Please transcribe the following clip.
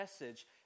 message